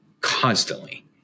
constantly